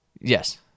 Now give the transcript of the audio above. Yes